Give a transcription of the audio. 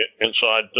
inside